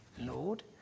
Lord